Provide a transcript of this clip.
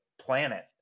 planet